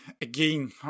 again